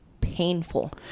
painful